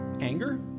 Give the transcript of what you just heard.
anger